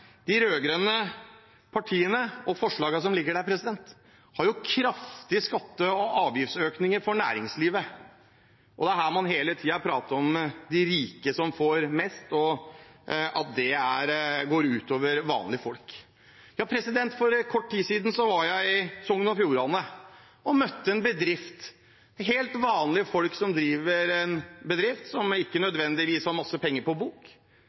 De rød-grønne partiene og forslagene som ligger fra dem, har kraftige skatte- og avgiftsøkninger for næringslivet. Det er her man hele tiden prater om de rike som får mest, og at det går ut over vanlige folk. For kort tid siden var jeg i en bedrift i Sogn og Fjordane og møtte helt vanlige folk som driver en bedrift, og som ikke nødvendigvis har masse penger på bok,